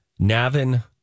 Navin